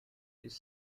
his